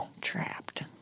trapped